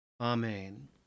Amen